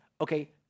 okay